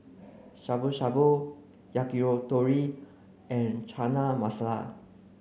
Shabu Shabu Yakitori and Chana Masala